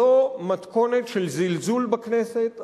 זו מתכונת של זלזול בכנסת.